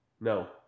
No